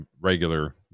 regular